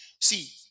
See